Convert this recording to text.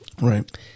Right